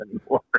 anymore